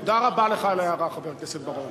תודה רבה לך על ההערה, חבר הכנסת בר-און.